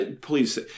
Please